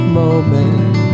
moment